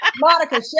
Monica